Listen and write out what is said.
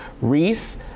Reese